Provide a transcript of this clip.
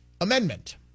Amendment